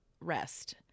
rest